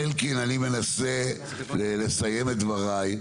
אלקין, אני מנסה לסיים את דבריי.